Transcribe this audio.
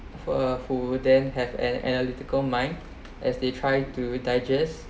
for full then have an analytical mind as they try to digest